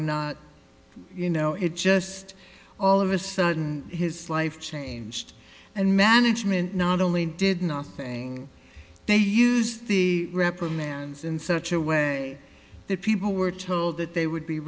not you know it just all of a sudden his life changed and management not only did nothing they used the reprimands in such a way that people were told that they would be